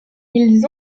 ils